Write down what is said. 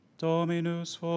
Dominus